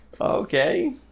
Okay